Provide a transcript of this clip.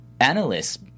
Analysts